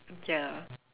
ya